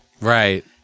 Right